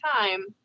time